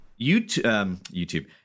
YouTube